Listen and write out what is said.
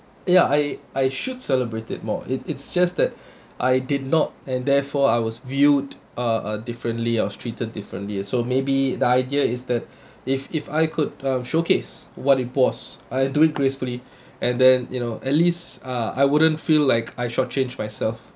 ya I I should celebrate it more it it's just that I did not and therefore I was viewed uh uh differently I was treated differently so maybe the idea is that if if I could um showcase what it emboss and do it gracefully and then you know at least uh I wouldn't feel like I short changed myself